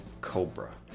Cobra